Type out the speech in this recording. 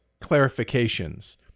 clarifications